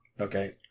Okay